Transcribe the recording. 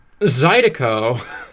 Zydeco